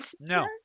no